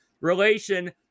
relation